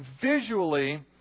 visually